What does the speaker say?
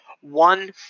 One